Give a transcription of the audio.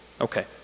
Okay